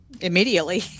Immediately